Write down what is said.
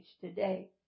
today